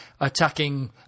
attacking